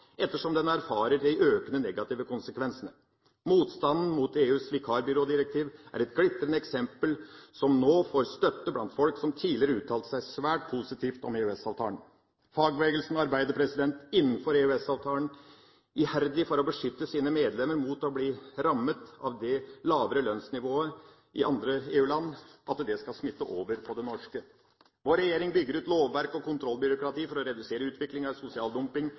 ettersom den erfarer de økte negative konsekvensene. Motstanden mot EUs vikarbyrådirektiv er et glitrende eksempel. Den får nå støtte blant folk som tidligere uttalte seg svært positivt om EØS-avtalen. Fagbevegelsen arbeider – innenfor EØS-avtalen – iherdig for å beskytte sine medlemmer mot å bli rammet av det lavere lønnsnivået i andre EU-land, så ikke det skal smitte over på det norske. Vår regjering bygger ut lovverk og kontrollbyråkrati for å redusere utviklinga med sosial dumping.